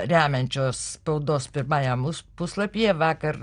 remiančios spaudos pirmajam mus puslapyje vakar